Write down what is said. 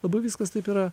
labai viskas taip yra